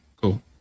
cool